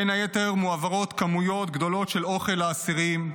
בין היתר, מועברות כמויות גדולות של אוכל לאסירים,